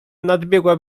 nadbiegła